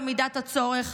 במידת הצורך,